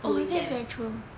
two weekend